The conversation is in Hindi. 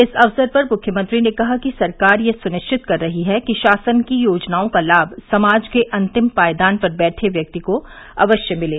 इस अवसर पर मुख्यमंत्री ने कहा कि सरकार यह सुनिश्चित कर रही है कि शासन की योजनाओं का लाभ समाज के अन्तिम पायदान पर बैठे व्यक्ति को अवश्य मिले